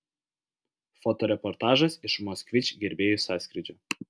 fotoreportažas iš moskvič gerbėjų sąskrydžio